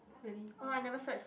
really